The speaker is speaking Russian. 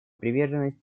приверженность